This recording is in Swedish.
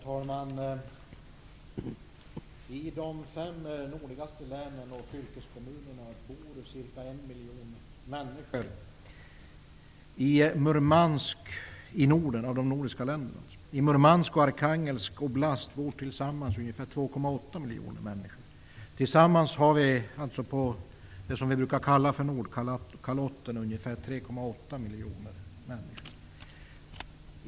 Herr talman! I de fem nordligaste länen och fylkeskommunerna bor ca 1 miljon människor. I Murmansk och Arkhangelsk oblast bor totalt ungefär 2,8 miljoner människor. Sammanlagt bor det alltså ungefär 3,8 miljoner människor på det som brukar kallas Nordkalotten.